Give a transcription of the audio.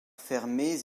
fermées